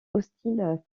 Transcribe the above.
hostile